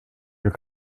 your